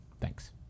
Thanks